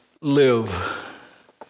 live